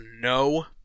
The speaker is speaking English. No